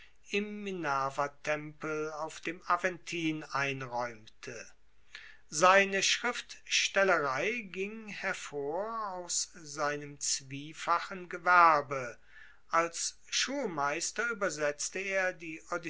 im minervatempel auf dem aventin einraeumte seine schriftstellerei ging hervor aus seinem zwiefachen gewerbe als schulmeister uebersetzte er die